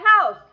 house